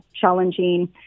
challenging